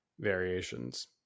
variations